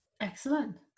Excellent